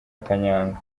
kanyanga